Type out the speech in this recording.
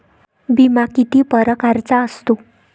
बिमा किती परकारचा असतो?